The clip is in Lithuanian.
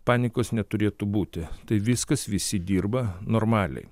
panikos neturėtų būti tai viskas visi dirba normaliai